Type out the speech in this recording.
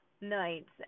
nights